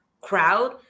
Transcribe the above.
crowd